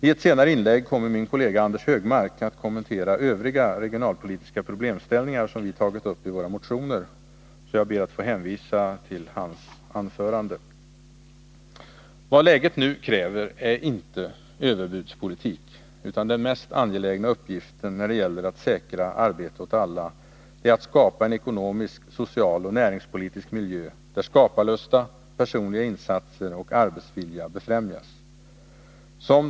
I ett senare inlägg kommer min kollega Anders Högmark att kommentera Övriga regionalpolitiska problemställningar som vi tagit upp i våra motioner, så jag ber att få hänvisa till hans anförande. Vad läget nu kräver är inte överbudspolitik, utan den mest angelägna uppgiften när det gäller att säkra arbete åt alla är att skapa en ekonomisk, social och näringspolitisk miljö, där skaparlusta, personliga insatser och arbetsvilja befrämjas.